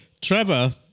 Trevor